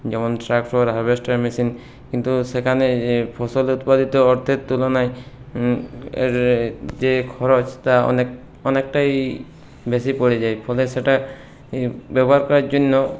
যেমন tractor harvester machine কিন্তু সেখানে যে ফসল উৎপাদিত অর্থের তুলনায় যে খরচ তা অনেক অনেকটাই বেশি পড়ে যায় ফলে সেটা ব্যবহার করার জন্য